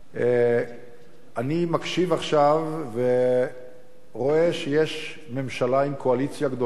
אני מקשיב עכשיו ורואה שיש ממשלה עם קואליציה גדולה.